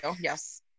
yes